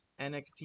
NXT